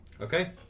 Okay